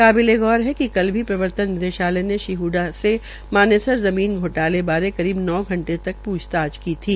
काबिलेगौर है कि कल भी प्रवर्तन निदेशालय ने श्री ह्डडा से मानेसर ज़मीन घोटाले बारे करीब नौ घंटे तक प्रछताछ की थी